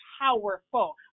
powerful